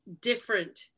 different